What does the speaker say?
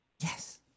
Yes